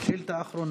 השאילתה האחרונה.